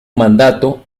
mandato